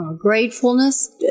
Gratefulness